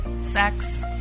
sex